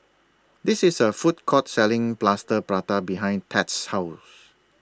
This IS A Food Court Selling Plaster Prata behind Thad's House